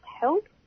help